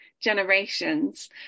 generations